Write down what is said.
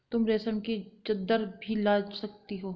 तुम रेशम की चद्दर भी ला सकती हो